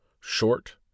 Short